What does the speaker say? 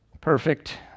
perfect